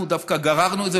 אנחנו דווקא גררנו את זה.